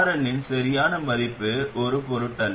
RL இன் சரியான மதிப்பு ஒரு பொருட்டல்ல